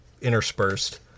interspersed